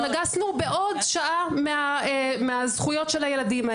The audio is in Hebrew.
נגסנו בעוד שעה מהזכויות של הילדים האלה.